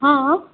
हँ